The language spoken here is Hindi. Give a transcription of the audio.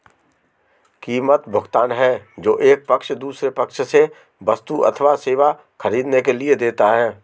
कीमत, भुगतान है जो एक पक्ष दूसरे पक्ष से वस्तु अथवा सेवा ख़रीदने के लिए देता है